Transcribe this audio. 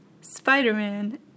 Spider-Man